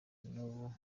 n’ubu